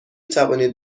توانید